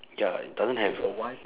ya doesn't have